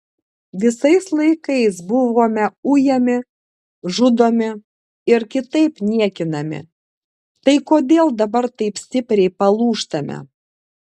visais laikais buvome ujami žudomi ir kitaip niekinami tai kodėl dabar taip stipriai palūžtame